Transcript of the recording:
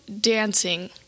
dancing